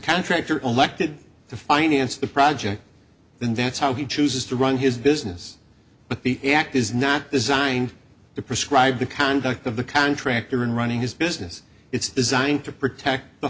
contractor elected to finance the project and that's how he chooses to run his business but the act is not designed to prescribe the conduct of the contractor in running his business it's designed to protect the